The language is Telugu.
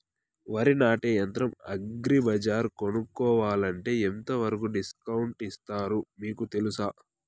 వరి నాటే యంత్రం అగ్రి బజార్లో కొనుక్కోవాలంటే ఎంతవరకు డిస్కౌంట్ ఇస్తారు మీకు తెలుసా?